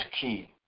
key